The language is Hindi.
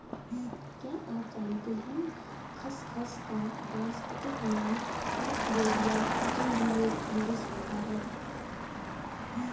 क्या आप जानते है खसखस का वानस्पतिक नाम वेटिवेरिया ज़िज़नियोइडिस होता है?